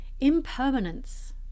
Impermanence